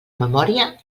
memòria